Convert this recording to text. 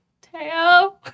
Teo